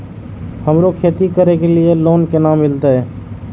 हमरा खेती करे के लिए लोन केना मिलते?